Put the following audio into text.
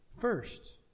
first